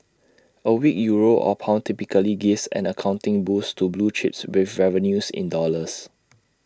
A weak euro or pound typically give an accounting boost to blue chips with revenues in dollars